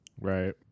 Right